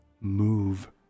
move